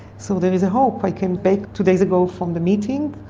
so there is a hope. i came back two days ago from the meeting,